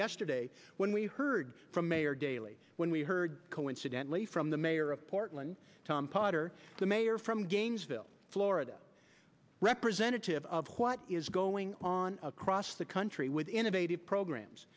yesterday when we heard from mayor daley when we heard coincidentally from the mayor of portland tom potter the mayor from gainesville florida representative of what is going on across the country with innovative programs